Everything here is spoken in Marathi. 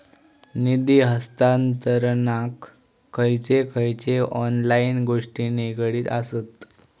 निधी हस्तांतरणाक खयचे खयचे ऑनलाइन गोष्टी निगडीत आसत?